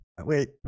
Wait